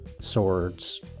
swords